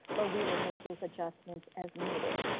but we will make those adjustments as needed.